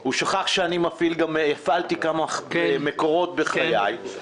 הוא שכח שהפעלתי כמה מקורות בחיי.